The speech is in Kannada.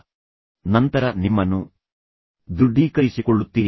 ಆದರೆ ನಂತರ ನೀವು ನಿಮ್ಮನ್ನು ದೃಢೀಕರಿಸಿಕೊಳ್ಳುತ್ತೀರಿ